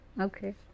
Okay